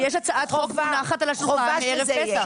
יש הצעת חוק שמונחת על השולחן מערב פסח,